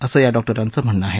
असं या डॉक्टरांचं म्हणणं आहे